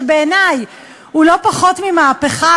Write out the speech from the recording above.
שבעיני הוא לא פחות ממהפכה,